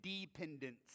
Dependence